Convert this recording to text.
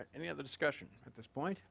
any other discussion at this point